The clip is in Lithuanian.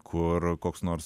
kur koks nors